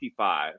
55